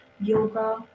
yoga